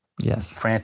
Yes